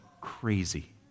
crazy